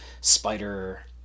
Spider